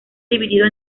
dividido